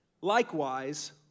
Likewise